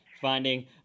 finding